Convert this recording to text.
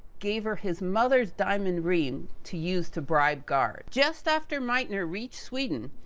gave her his mother's diamond ring, to use to bribe guards. just after meitner reach sweden,